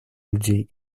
людей